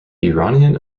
iranian